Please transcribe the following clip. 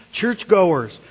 churchgoers